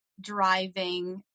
driving